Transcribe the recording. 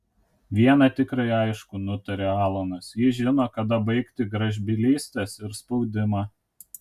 viena tikrai aišku nutarė alanas ji žino kada baigti gražbylystes ir spaudimą